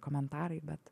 komentarai bet